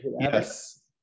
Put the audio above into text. yes